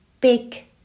big